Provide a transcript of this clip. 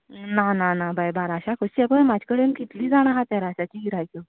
ना ना ना बाय बाराश्याक कश्शे पळय म्हजे कडेन कितलीं जाणां हा तेराश्याची गिरायक